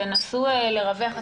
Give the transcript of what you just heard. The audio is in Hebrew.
תנסו לרווח.